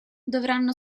dovranno